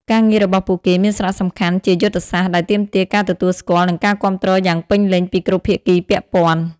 ការងាររបស់ពួកគេមានសារៈសំខាន់ជាយុទ្ធសាស្ត្រ ដែលទាមទារការទទួលស្គាល់ និងការគាំទ្រយ៉ាងពេញលេញពីគ្រប់ភាគីពាក់ព័ន្ធ។